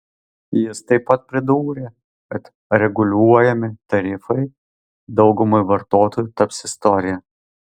jis taip pat pridūrė kad reguliuojami tarifai daugumai vartotojų taps istorija